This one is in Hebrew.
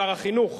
שר החינוך,